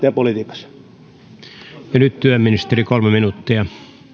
ja nyt työministeri kolme minuuttia